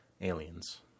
aliens